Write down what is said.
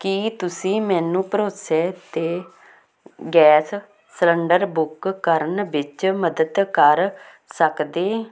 ਕੀ ਤੁਸੀਂ ਮੈਨੂੰ ਭਰੋਸੇ 'ਤੇ ਗੈਸ ਸਿਲੰਡਰ ਬੁੱਕ ਕਰਨ ਵਿੱਚ ਮਦਦ ਕਰ ਸਕਦੇ